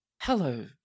Hello